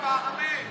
הוא פגע בעם הפלסטיני,